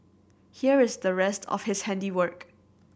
here is the rest of his handiwork